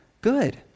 good